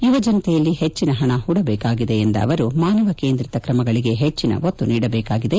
ಯುವಜನತೆಯಲ್ಲಿ ಹೆಚ್ಚಿನ ಹಣ ಹೂಡಬೇಕಾಗಿದೆ ಎಂದ ಅವರು ಮಾನವ ಕೇಂದ್ರಿತ ಕ್ರಮಗಳಿಗೆ ಹೆಚ್ಚಿನ ಒತ್ತು ನೀಡಬೇಕಾಗಿದೆ